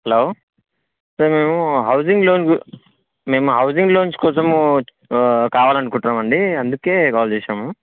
hello sir మేము housing loan గురి మేము హౌసింగ్ లోన్స్ కోసము కావాలనుకుంటున్నామండీ అందుకే కాల్ చేసాము